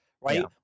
right